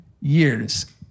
years